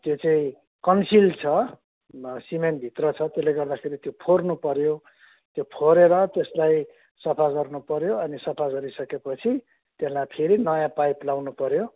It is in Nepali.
त्यो चाहिँ कन्सिल्ड छ सिमेन्टभित्र छ त्यसले गर्दाखेरि त्यो फोर्नु पर्यो त्यो फोरेर त्यसलाई सफा गर्नुपर्यो अनि सफा गरिसकेपछि त्यसलाई फेरि नयाँ पाइप लाउनु पर्यो